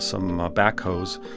some backhoes.